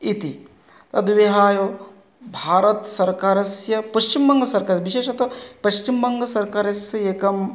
इति तद्विहाय भारतसर्कारस्य पश्चिम वङ्गसर्कारः विशेषतः पश्चिमवङ्गसर्कारस्य एकं